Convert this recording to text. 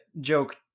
joke